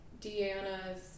Deanna's